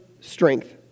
strength